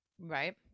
right